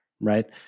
right